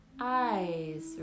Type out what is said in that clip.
Eyes